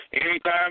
anytime